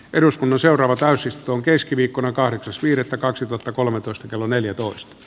eduskunnan seuraava täysi tom keskiviikkona kahdeksas viidettä kaksituhattakolmetoista kello neljätoista